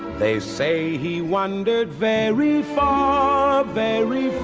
they say he wandered very far ah very